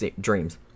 dreams